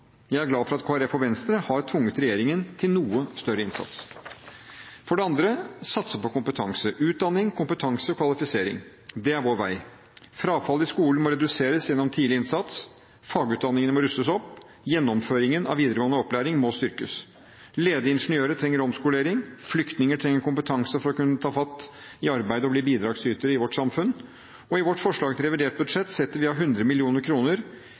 Jeg er glad for at Kristelig Folkeparti og Venstre har tvunget regjeringen til noe større innsats. For det andre: satse på kompetanse. Utdanning, kompetanse, kvalifisering – det er vår vei. Frafallet i skolen må reduseres gjennom tidlig innsats, fagutdanningene må rustes opp, gjennomføringen av videregående opplæring må styrkes, ledige ingeniører trenger omskolering, flyktninger trenger kompetanse for å kunne ta fatt på arbeidet og bli bidragsytere i vårt samfunn, og i vårt forslag til revidert budsjett setter vi av 100